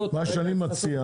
מה שאני מציע,